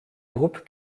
groupe